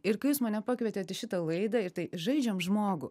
ir kai jūs mane pakvietėt į šitą laidą ir tai žaidžiam žmogų